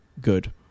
good